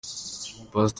pastor